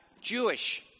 Jewish